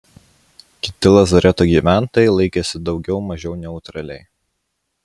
kiti lazareto gyventojai laikėsi daugiau mažiau neutraliai